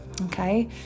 Okay